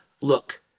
Look